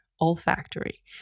olfactory